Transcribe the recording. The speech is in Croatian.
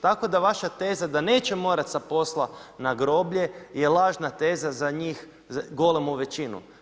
Tako da vaša teza da neće morat sa posla na groblje je lažna teza za njih, golemu većinu.